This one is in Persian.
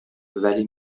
ولی